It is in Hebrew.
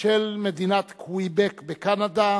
של מדינת קוויבק בקנדה.